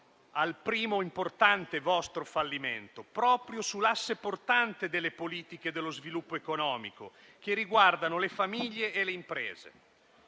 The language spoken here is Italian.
primo importante fallimento proprio sull'asse portante delle politiche dello sviluppo economico che riguardano le famiglie e le imprese.